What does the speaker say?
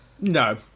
No